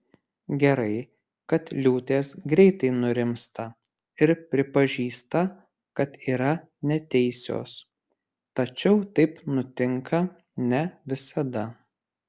gerai kad liūtės greitai nurimsta ir pripažįsta kad yra neteisios tačiau taip nutinka ne visada